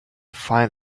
find